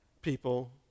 people